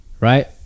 right